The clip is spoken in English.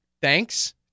Thanks